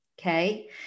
Okay